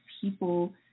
people